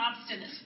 obstinate